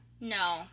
No